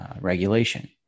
regulation